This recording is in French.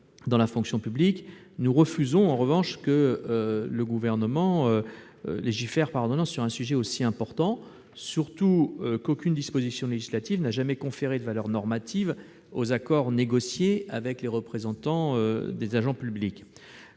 dans la fonction publique, nous refusons que le Gouvernement légifère par ordonnances sur un sujet aussi important, d'autant plus qu'aucune disposition législative n'a jamais conféré de valeur normative aux accords négociés avec les représentants des agents publics.